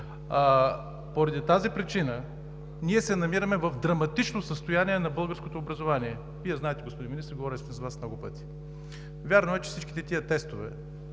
Поради тази причина ние се намираме в драматично състояние на българското образование. Вие знаете, господин Министър, говорили сме с Вас много пъти. Вярно е, че същите тези тестове